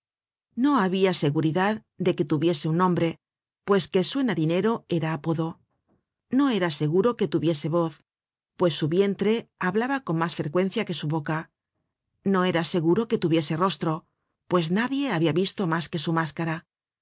no habia seguridad de que tuviese un nombre pues que suena dinero era apodo no era seguro que tuviese voz pues su vientre hablaba con mas frecuencia que su boca no era seguro que tuviese rostro pues nadie habia visto mas que su máscara